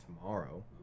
tomorrow